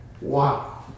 Wow